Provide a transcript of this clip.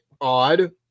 odd